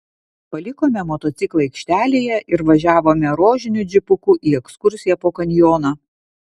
palikome motociklą aikštelėje ir važiavome rožiniu džipuku į ekskursiją po kanjoną